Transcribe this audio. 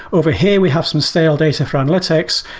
over here we have some stale data for analytics.